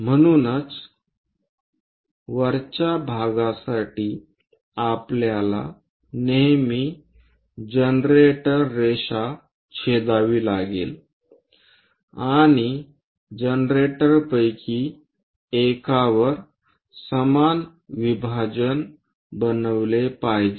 म्हणूनच वरच्या भागासाठी आपल्याला नेहमी जनरेटर रेषा छेदावी लागेल आणि जनरेटरपैकी एकावर समान विभाजन बनविले पाहिजे